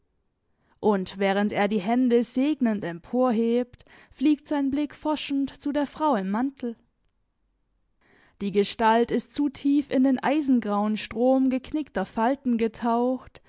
und während er die hände segnend emporhebt fliegt sein blick forschend zu der frau im mantel die gestalt ist zu tief in den eisengrauen strom geknickter falten getaucht